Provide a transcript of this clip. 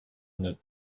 pneus